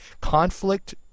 Conflict